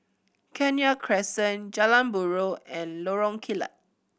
Kenya Crescent Jalan Buroh and Lorong Kilat